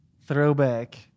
Throwback